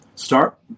Start